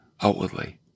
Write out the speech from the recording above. outwardly